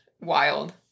wild